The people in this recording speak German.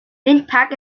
windpark